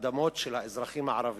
האדמות של האזרחים הערבים,